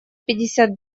пятьдесят